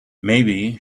maybe